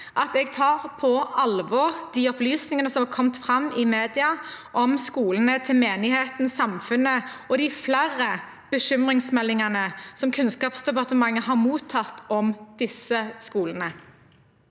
jeg tar på alvor de opplysningene som er kommet fram i media om skolene til Menigheten Samfundet og de bekymringsmeldingene som Kunnskapsdepartementet har mottatt om disse skolene.